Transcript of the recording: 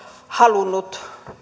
halunnut